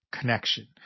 connection